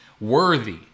worthy